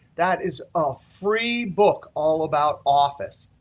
that is a free book all about office.